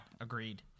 Agreed